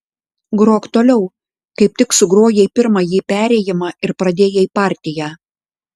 grok toliau kaip tik sugrojai pirmąjį perėjimą ir pradėjai partiją